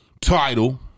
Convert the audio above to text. Title